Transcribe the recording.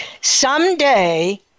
Someday